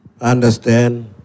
understand